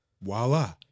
voila